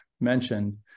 mentioned